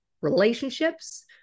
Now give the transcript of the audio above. relationships